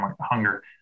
hunger